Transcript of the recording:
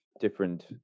different